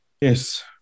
Yes